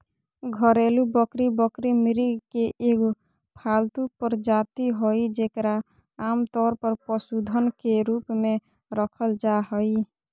घरेलू बकरी बकरी, मृग के एगो पालतू प्रजाति हइ जेकरा आमतौर पर पशुधन के रूप में रखल जा हइ